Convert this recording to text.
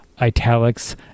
italics